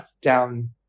down